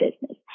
business